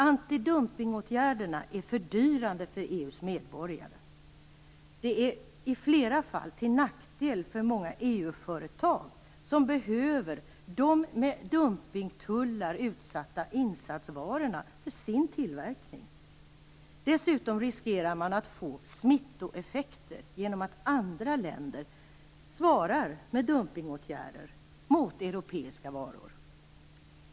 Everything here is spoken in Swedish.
Antidumpningsåtgärderna är fördyrande för EU:s medborgare. De är i flera fall till nackdel för många EU-företag, som behöver de för dumpningstullar utsatta insatsvarorna för sin tillverkning. Dessutom riskerar man att få smittoeffekter genom att andra länder svarar med dumpningsåtgärder mot europeiska varor.